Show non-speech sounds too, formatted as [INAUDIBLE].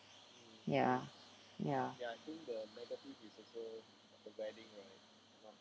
ya ya [NOISE]